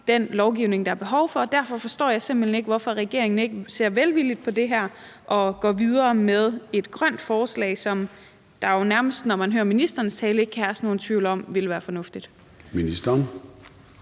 den lovgivning, der er behov for, og derfor forstår jeg simpelt hen ikke, hvorfor regeringen ikke ser velvilligt på det her og går videre med et grønt forslag, som der jo nærmest, når man hører ministerens tale, ikke kan herske nogen tvivl om ville være fornuftigt.